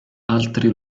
altri